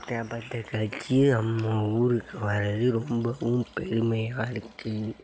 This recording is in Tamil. இப்படிப்பட்ட கட்சி நம்ம ஊருக்கு வர்றது ரொம்பவும் பெருமையாக இருக்குது